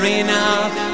enough